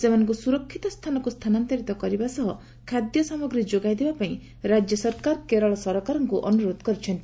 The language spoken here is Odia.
ସେମାନଙ୍କୁ ସୁରକ୍ଷିତ ସ୍ଚାନକୁ ସ୍ଚାନାନ୍ତରିତ କରିବା ସହ ଖାଦ୍ୟ ସାମଗ୍ରୀ ଯୋଗାଇଦେବା ପାଇଁ ରାଜ୍ୟ ସରକାର କେରଳ ସରକାରଙ୍କୁ ଅନୁରୋଧ କରିଛନ୍ତି